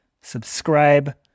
subscribe